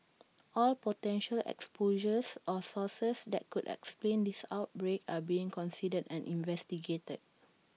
all potential exposures or sources that could explain this outbreak are being considered and investigated